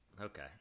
okay